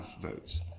votes